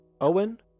Owen